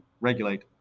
regulate